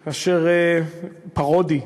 פארודי,